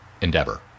endeavor